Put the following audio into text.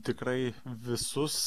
tikrai visus